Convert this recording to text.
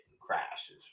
crashes